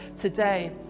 today